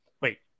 wait